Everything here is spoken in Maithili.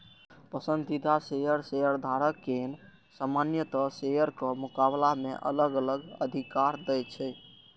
पसंदीदा शेयर शेयरधारक कें सामान्य शेयरक मुकाबला मे अलग अलग अधिकार दै छै